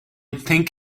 think